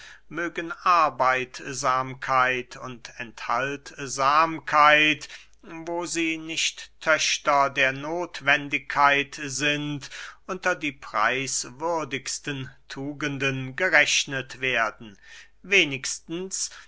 mögen arbeitsamkeit und enthaltsamkeit wo sie nicht töchter der nothwendigkeit sind unter die preiswürdigsten tugenden gerechnet werden wenigstens